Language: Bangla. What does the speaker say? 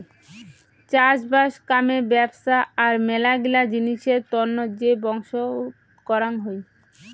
চাষবাস কামে ব্যপছা আর মেলাগিলা জিনিসের তন্ন যে বংশক করাং হই